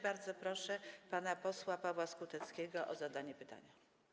Bardzo proszę pana posła Pawła Skuteckiego o zadanie pytania.